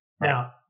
Now